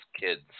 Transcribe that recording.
kids